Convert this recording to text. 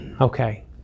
Okay